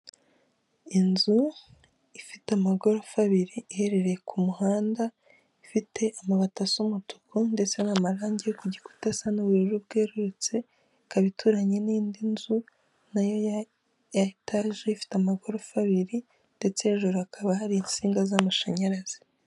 Inzu ifite amagorofa abiri iherereye ku muhanda, ifite amabati asu umutuku ndetse n'amarangi ku gikuta asa n'ubururu bwerurutse, ikabi ituranye n'indi nzu nayo ya etaje ifite amagorofa abiri ndetse hejuru hakaba hari insinga z'amashanyarazi.